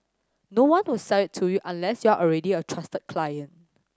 no one will sell it to you unless you're already a trusted client